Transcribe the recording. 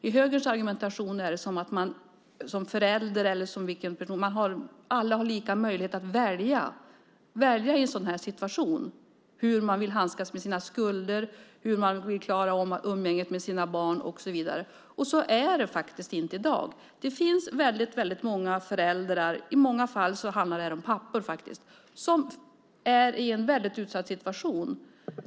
I högerns argumentation har alla, som förälder eller som vilken person som helst, lika möjlighet att välja hur man i sådan här situation vill handskas med sina skulder, vill klara av umgänget med sina barn och så vidare. Så är det inte i dag. Det finns många föräldrar, i många fall handlar det om pappor, som är i en mycket utsatt situation.